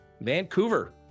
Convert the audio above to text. vancouver